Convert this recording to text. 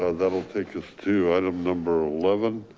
ah that'll take us to item number eleven